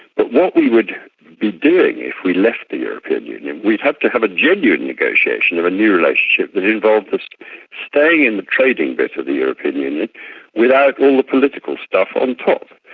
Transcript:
but what we would be doing if we left the european union, we'd have to have a genuine negotiation of a new relationship that involved us staying in the trading bit of the european union without all the political stuff on top.